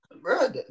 Bro